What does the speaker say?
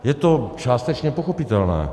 Je to částečně pochopitelné.